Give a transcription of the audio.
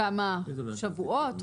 כמה שבועות?